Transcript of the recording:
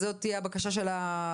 זו תהיה הבקשה של הוועדה,